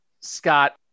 Scott